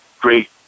great